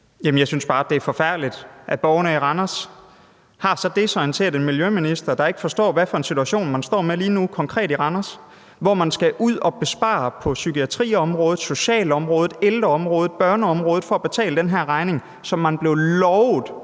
jeg synes bare, det er forfærdeligt, at borgerne i Randers har så desorienteret en miljøminister, der ikke forstår, hvad for en situation man står med konkret lige nu i Randers, hvor man skal ud at spare på psykiatriområdet, socialområdet, ældreområdet og børneområdet for at betale den her regning. Da statsministeren